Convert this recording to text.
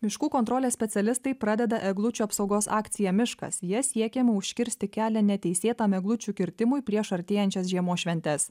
miškų kontrolės specialistai pradeda eglučių apsaugos akciją miškas ja siekiama užkirsti kelią neteisėtam eglučių kirtimui prieš artėjančias žiemos šventes